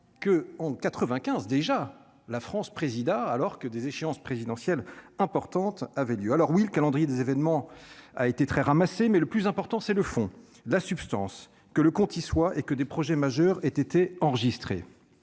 que, en 95, déjà, la France préside alors que des échéances présidentielles importantes avaient lieu, alors oui, le calendrier des événements a été très ramassée, mais le plus important, c'est le fond, la substance que le compte y soit et que des projets majeurs étaient enregistrés,